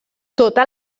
tota